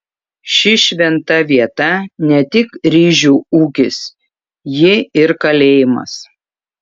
ši šventa vieta ne tik ryžių ūkis ji ir kalėjimas